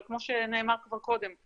אבל כמו שנאמר כבר קודם,